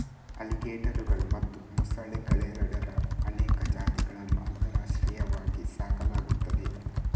ಅಲಿಗೇಟರುಗಳು ಮತ್ತು ಮೊಸಳೆಗಳೆರಡರ ಅನೇಕ ಜಾತಿಗಳನ್ನು ಅಂತಾರಾಷ್ಟ್ರೀಯವಾಗಿ ಸಾಕಲಾಗುತ್ತದೆ